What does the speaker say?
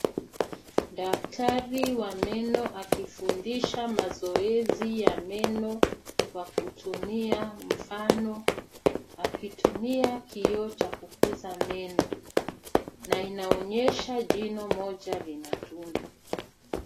Daktari wa meno akifundisha mazoezi ya meno kwa kutumia mfano, akitumia kioo cha kukuza meno, na inaonyesha jino moja lina tundu.